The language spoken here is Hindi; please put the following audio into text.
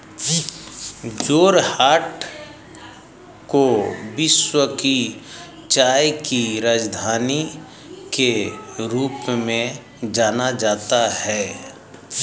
जोरहाट को विश्व की चाय की राजधानी के रूप में जाना जाता है